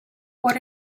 what